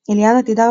אליאנה תדהר,